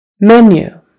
Menu